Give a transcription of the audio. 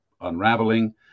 unraveling